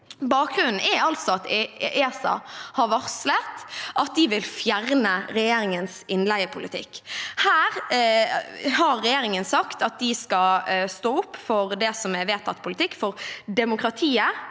Bakgrunnen er altså at ESA har varslet at de vil fjerne regjeringens innleiepolitikk. Her har regjeringen sagt at de skal stå opp for det som er vedtatt politikk for demokratiet,